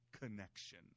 connection